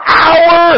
hour